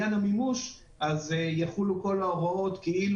אנחנו רוצים לפתוח בלהודות ליו"ר הוועדה על כך שכינס